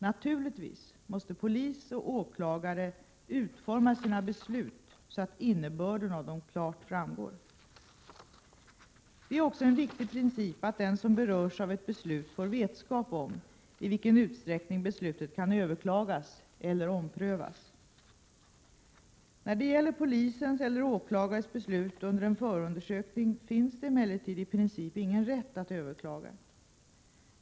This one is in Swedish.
Naturligtvis måste polis och åklagare utforma sina beslut så att innebörden av dem framgår klart. Det är också en viktig princip att den som berörs av ett beslut får vetskap om i vilken utsträckning beslutet kan överklagas eller omprövas. När det gäller polisens eller åklagares beslut under en förundersökning finns det emellertid i princip ingen rätt att överklaga.